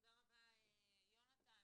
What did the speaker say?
תודה רבה, יונתן.